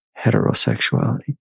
heterosexuality